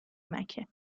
مکه